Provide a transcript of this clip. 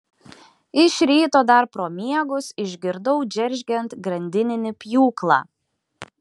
iš ryto dar pro miegus išgirdau džeržgiant grandininį pjūklą